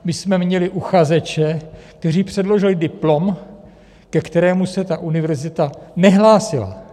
My jsme měli uchazeče, kteří předložili diplom, ke kterému se ta univerzita nehlásila.